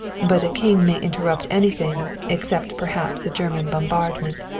but a king may interrupt anything, except perhaps a german bombardment.